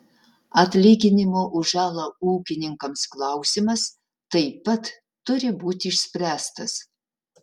atlyginimo už žalą ūkininkams klausimas taip pat turi būti išspręstas